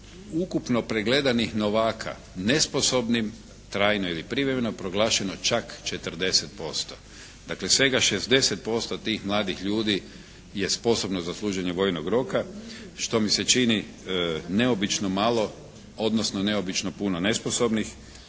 ukupno pregledanih novaka nesposobnim trajno ili privremeno proglašeno čak 40%. Dakle, svega 60% tih mladih ljudi je sposobno za služenje vojnog roka što mi se čini neobično malo, odnosno neobično puno nesposobnih